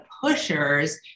pushers